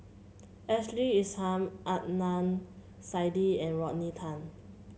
Ashley Isham Adnan Saidi and Rodney Tan